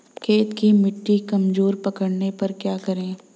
खेत की मिटी कमजोर पड़ने पर क्या करें?